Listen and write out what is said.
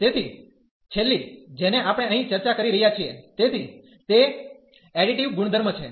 તેથી છેલ્લી જેની આપણે અહીં ચર્ચા કરી રહ્યા છીએ તેથી તે એડિટિવ ગુણધર્મ છે